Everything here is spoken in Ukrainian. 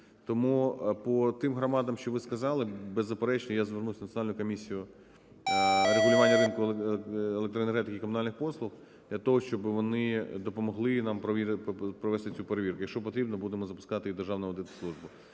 Тому по тим громадам, що ви сказали, беззаперечно, я звернусь в Національну комісію регулювання ринку електроенергетики і комунальних послуг для того, щоб вони допомогли нам провести цю перевірку. Якщо потрібно, будемо запускати і Державну аудитслужбу.